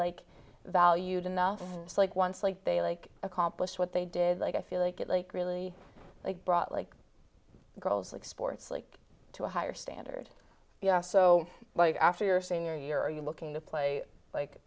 like valued enough like once like they like accomplished what they did like i feel like at like really they brought like girls like sports like to a higher standard so like after your senior year are you looking to play like